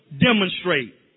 Demonstrate